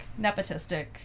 nepotistic